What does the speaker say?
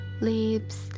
lips